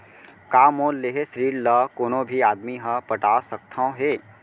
का मोर लेहे ऋण ला कोनो भी आदमी ह पटा सकथव हे?